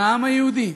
מהעם היהודי.